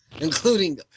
including